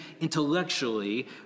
intellectually